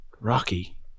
Rocky